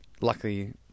Luckily